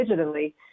digitally